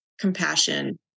compassion